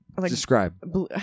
Describe